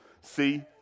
see